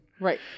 Right